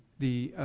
the